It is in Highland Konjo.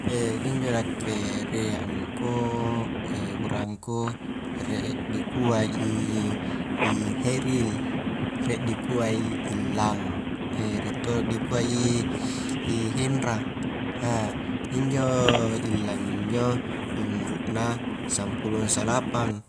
injo nakke rie anungku urangku, rie di kua i i heril rie dikua i illang, rie todo dikua i hendra, injo illang injo umuru na sampulong salapang,